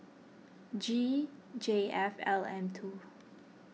G J F L M two